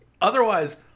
Otherwise